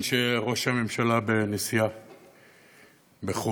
אני מבין שראש הממשלה בנסיעה בחו"ל,